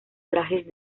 trajes